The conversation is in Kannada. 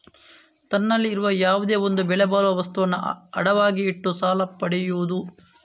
ತನ್ನಲ್ಲಿ ಇರುವ ಯಾವುದೋ ಒಂದು ಬೆಲೆ ಬಾಳುವ ವಸ್ತುವನ್ನ ಅಡವಾಗಿ ಇಟ್ಟು ಸಾಲ ಪಡಿಯುದು